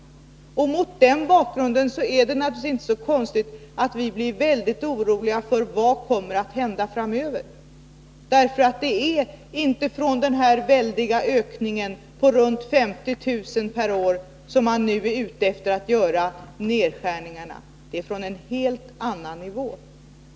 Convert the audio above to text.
Mot den bakgrunden är det naturligtvis inte konstigt att vi blir väldigt oroliga för vad som kan komma att hända framöver. Det är inte från den stora ökningen på omkring 50 000 anställda per år som man nu är ute efter att göra nedskärningar — det är från en helt annan nivå.